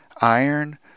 iron